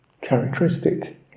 characteristic